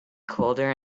colder